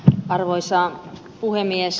arvoisa puhemies